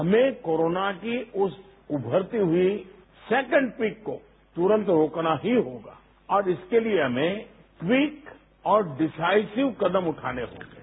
हमें कोरोना की उस उमरती हुई सैकेंड पीक को तुरंत रोकना ही होगा और इसके लिए हमें ट्वीक और डीसाइसिव कदम उठाने होंगे